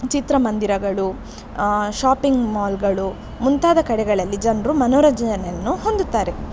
ಚಿತ್ರಮಂದಿರಗಳು ಶಾಪಿಂಗ್ ಮಾಲ್ಗಳು ಮುಂತಾದ ಕಡೆಗಳಲ್ಲಿ ಜನರು ಮನೋರಂಜನೆಯನ್ನು ಹೊಂದುತ್ತಾರೆ